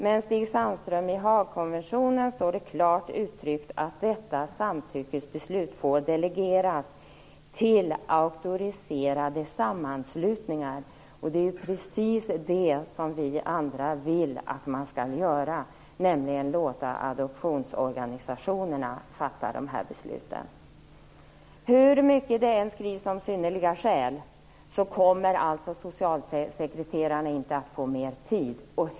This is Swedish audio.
Men, Stig Sandström, i Haagkonventionen står det klart uttryckt att detta samtyckesbeslut får delegeras till auktoriserade sammanslutningar. Och det är precis det som vi andra vill att man skall göra - nämligen låta adoptionsorganisationerna fatta de här besluten. Hur mycket det än skrivs om "synnerliga skäl" kommer socialsekreterarna inte att få mer tid.